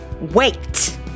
wait